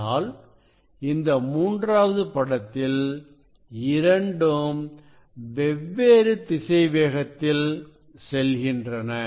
ஆனால் இந்த மூன்றாவது படத்தில் இரண்டும் வெவ்வேறு திசை வேகத்தில் செல்கின்றன